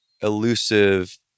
elusive